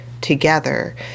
together